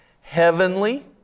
heavenly